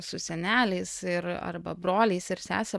su seneliais ir arba broliais ir sesėm